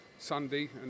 Sunday